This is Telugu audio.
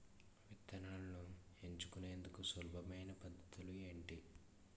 విత్తనాలను ఎంచుకునేందుకు సులభమైన పద్ధతులు ఏంటి?